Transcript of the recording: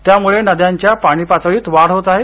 त्यामुळे नद्यांच्या पाणी पातळीत वाढ होत आहे